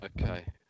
Okay